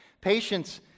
Patience